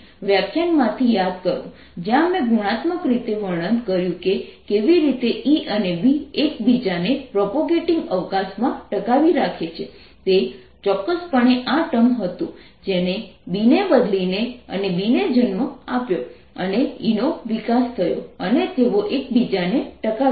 વ્યાખ્યાન માંથી યાદ કરો જ્યાં મેં ગુણાત્મક રીતે વર્ણન કર્યું કે કેવી રીતે E અને B એક બીજાને પ્રોપેગેટિવ અવકાશમાં ટકાવી રાખે છે તે ચોક્કસપણે આ ટર્મ હતું જેને B ને બદલીને અને B ને જન્મ આપ્યો પછી E નો વિકાસ થયો અને તેઓ એકબીજાને ટકાવે છે